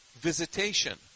visitation